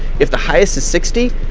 if the highest is sixty,